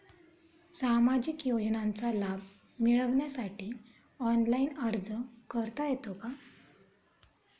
सामाजिक योजनांचा लाभ मिळवण्यासाठी ऑनलाइन अर्ज करता येतो का?